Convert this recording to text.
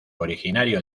originario